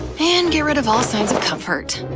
and get rid of all signs of comfort.